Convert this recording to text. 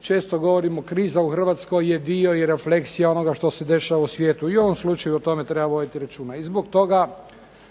često govorimo kriza u Hrvatskoj je dio i refleksija onoga što se dešava u svijetu. I ovom slučaju o tome treba voditi računa. I zbog toga